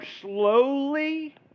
slowly